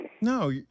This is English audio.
No